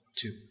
two